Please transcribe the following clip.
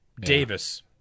Davis